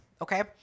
Okay